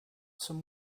some